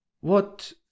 What